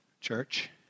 Church